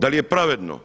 Da li je pravedno